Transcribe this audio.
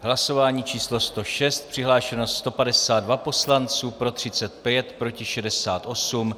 Hlasování číslo 106, přihlášeno 152 poslanců, pro 35, proti 68.